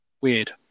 weird